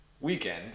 weekend